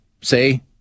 say